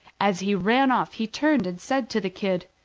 as he ran off, he turned and said to the kid,